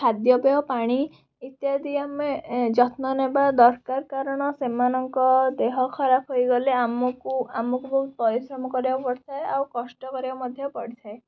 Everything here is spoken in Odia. ଖାଦ୍ୟପେୟ ପାଣି ଇତ୍ୟାଦି ଆମେ ଏ ଯତ୍ନ ନବା ଦରକାର କାରଣ ସେମାନଙ୍କ ଦେହ ଖରାପ ହୋଇଗଲେ ଆମକୁ ଆମକୁ ବହୁତ ପରିଶ୍ରମ କରିବାକୁ ପଡ଼ିଥାଏ ଆଉ କଷ୍ଟ କରିବାକୁ ମଧ୍ୟ ପଡ଼ିଥାଏ